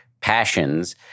passions